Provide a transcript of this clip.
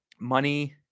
Money